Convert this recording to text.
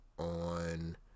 On